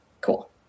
cool